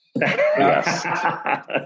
Yes